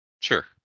Sure